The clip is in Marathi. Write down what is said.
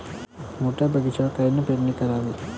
मोठ्या बगीचावर कायन फवारनी करावी?